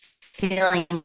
feeling